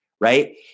right